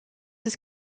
ist